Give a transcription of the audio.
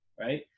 right